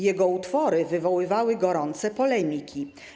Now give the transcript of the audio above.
Jego utwory wywoływały gorące polemiki.